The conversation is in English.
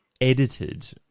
edited